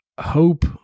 hope